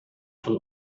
von